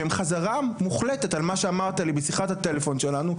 שזה חזרה מוחלטת על מה שאמרת לי בשיחת הטלפון שלנו,